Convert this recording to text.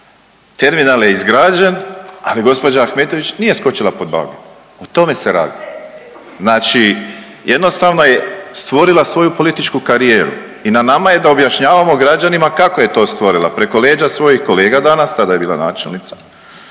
Terminal je izgrađen, ali gđa. Ahmetović nije skočila pod bager, o tome se radi. Znači jednostavno je stvorila svoju političku karijeru i na nama je da objašnjavamo građanima kako je to stvorila, preko leđa svojih kolega danas, tada je bila načelnica